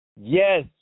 Yes